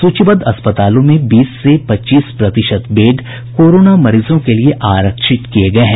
सूचीबद्ध अस्पतालों में बीस से पच्चीस प्रतिशत बेड कोरोना मरीजों के लिए आरक्षित किये गये हैं